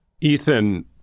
Ethan